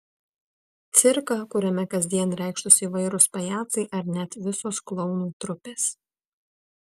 cirką kuriame kasdien reikštųsi įvairūs pajacai ar net visos klounų trupės